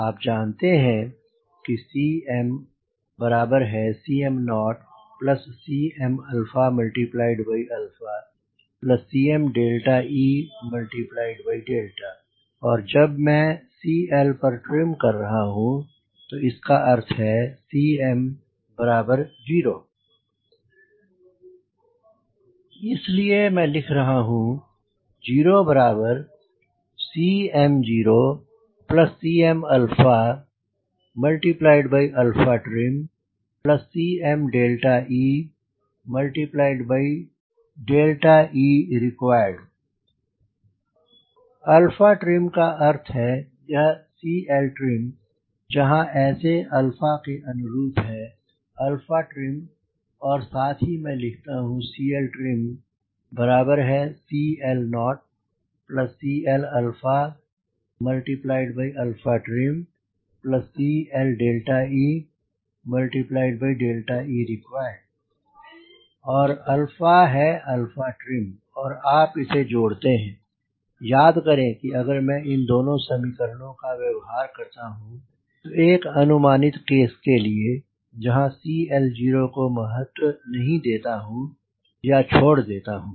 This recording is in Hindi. आप जानते हैं कि CmCm0Cm Cme और जब कि मैं CL पर ट्रिम कर रहा हूं तो इसका अर्थ हैCm0 इस लिए मैं लिख रहा हूँ 0Cm0Cmtrim Cmeereqd trim का अर्थ है यह CLtrim जहां ऐसे के अनुरूप है alpha trim और साथ ही मैं लिखता हूं CLtrimCL0CLtrim CLeereqd और है trim और आप इसे जोड़ते हैं और याद करें कि अगर मैं इन दोनों समीकरणों का व्यवहार करता हूं एक अनुमानित केस के लिए जहां मैं CL0 को महत्व नहीं देता हूं या छोड़ देता हूं